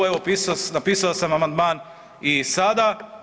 Evo napisao sam amandman i sada.